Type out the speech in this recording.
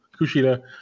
Kushida